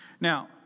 Now